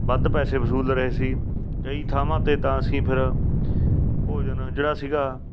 ਵੱਧ ਪੈਸੇ ਵਸੂਲ ਰਹੇ ਸੀ ਕਈ ਥਾਵਾਂ 'ਤੇ ਤਾਂ ਅਸੀਂ ਫਿਰ ਭੋਜਨ ਜਿਹੜਾ ਸੀਗਾ